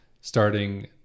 starting